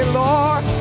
lord